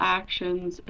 actions